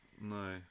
No